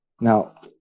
Now